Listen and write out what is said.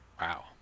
Wow